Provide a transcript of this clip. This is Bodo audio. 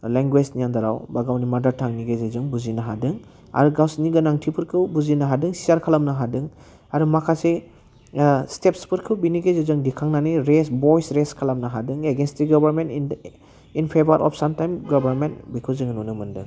लेंगुवेसनि आन्दाराव बा गावनि मादार टांनि गेजेरजों बुजिनो हादों आरो गावसिनि गोनांफोरखौ बुजिनो हादों स्यार खालामनो हादों आरो माखासे स्टेपसफोरखौ बिनि गेजेरजों दिखांनानै रेस भइस रेस खालामनो हादों against the government in the in favour of sometime government बिखौ जोङो नुनो मोन्दों